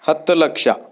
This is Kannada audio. ಹತ್ತು ಲಕ್ಷ